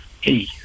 hey